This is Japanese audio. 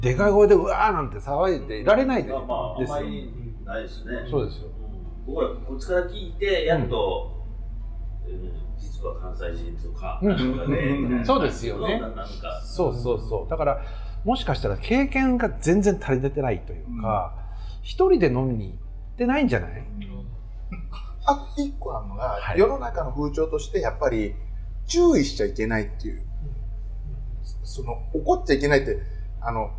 でかい声で「うわー」なんて騒いでいられないで-うん。まあまあ、あんまりですよ。ないですね。うん。そうですよ。うん。僕らこっちから聞いて、やっと、うん。えー、実は関西人とか、うん。なんかね、うん。そうですよね。な- なんか、そうそうそう。うん。だから、もしかしたら経験が全然足りてないというか、うん。一人で飲みに行ってないんじゃない？うん。あと一個あるのが、はい。世の中の風潮としてやっぱり注意しちゃいけないっていう。うん。その、怒っちゃいけないって、あの、